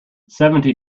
seventy